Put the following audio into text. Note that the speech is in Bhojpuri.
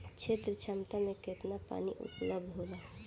क्षेत्र क्षमता में केतना पानी उपलब्ध होला?